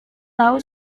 tahu